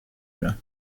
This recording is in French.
jean